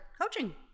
coaching